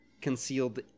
concealed